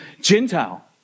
Gentile